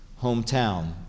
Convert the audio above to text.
hometown